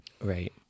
right